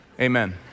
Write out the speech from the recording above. Amen